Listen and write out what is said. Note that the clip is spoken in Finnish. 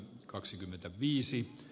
kaksikymmentäviisi